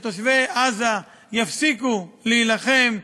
שתושבי עזה יפסיקו להילחם,